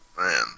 Man